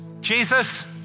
Jesus